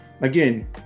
again